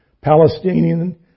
Palestinian